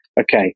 okay